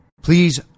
Please